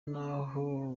n’aho